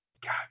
God